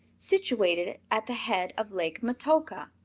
situated at the head of lake metoka,